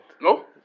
No